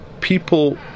people